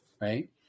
right